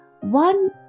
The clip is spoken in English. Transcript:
one